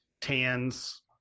tans